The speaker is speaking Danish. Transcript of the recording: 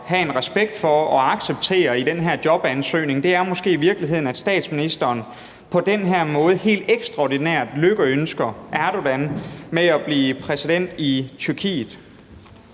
have en respekt for og acceptere i den her jobansøgning, er måske i virkeligheden, at statsministeren på den her måde helt ekstraordinært lykønsker Erdogan med at blive præsident i Tyrkiet.